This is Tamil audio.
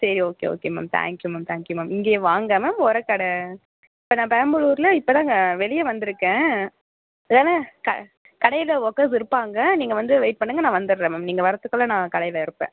சரி okay okay ma'am thank you ma'am thank you ma'am இங்கே வாங்காமல் உரக்கட இப்போ நான் பெரம்பலூரில் இப்போ தாங்க வெளியே வந்துருக்கேன் ஏன்னா க கடையில் ஒர்க்கர்ஸ் இருப்பாங்க நீங்கள் வந்து வெயிட் பண்ணுங்க நான் வந்துடுறேன் மேம் நீங்கள் வரத்துக்குள்ள நான் கடையில் இருப்பேன்